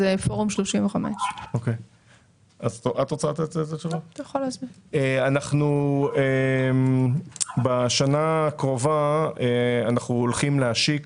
זה פורום 35. בשנה הקרובה אנחנו הולכים להשיק